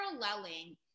paralleling